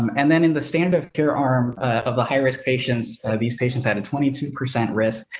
um and then in the standard of care are of the high risk patients. these patients had a twenty two percent risk.